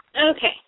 Okay